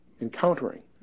encountering